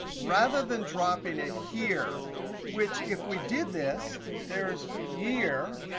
rather than dropping it here which if we did this there's year,